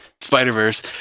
Spider-Verse